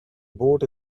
boat